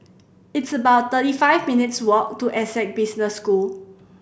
it's about thirty five minutes' walk to Essec Business School